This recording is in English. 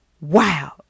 wow